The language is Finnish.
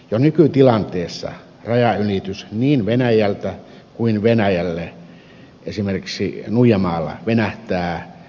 jo nykytilanteessa rajanylitys niin venäjältä kuin venäjälle esimerkiksi nuijamaalla venähtää yllättävän pitkäksi